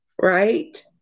right